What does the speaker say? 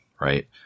right